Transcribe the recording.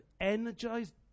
energized